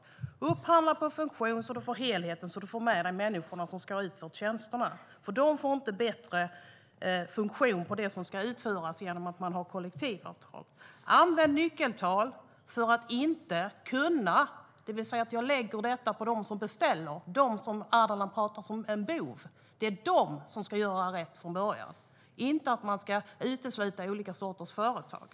Man bör upphandla på funktion så att man ser helheten och får med de människor som ska utföra tjänsterna. De får inte bättre funktion på det som ska utföras genom att man har kollektivavtal. Man bör använda nyckeltal. Ansvaret ska ligga på dem som beställer, dem som Ardalan betraktar som bovar. Det är beställarna som ska göra rätt från början, och man ska inte utesluta olika sorters företag.